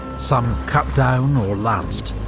some cut down or lanced,